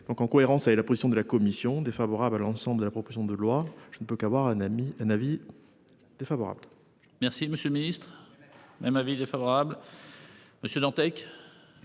Donc en cohérence avec la position de la Commission défavorables à l'ensemble de la proposition de loi, je ne peux qu'avoir un ami un avis. Défavorable. Merci Monsieur le Ministre. Même avis défavorable. Monsieur Dantec.